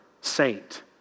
saint